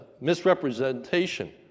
misrepresentation